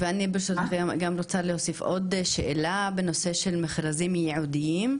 ואני ברשותכם רוצה להוסיף עוד שאלה בנושא של מכרזים ייעודיים,